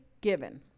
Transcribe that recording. given